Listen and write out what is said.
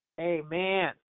Amen